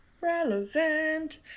Relevant